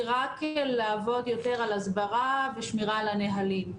היא רק לעבוד יותר על הסברה ושמירה על הנהלים.